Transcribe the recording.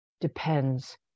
depends